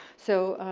so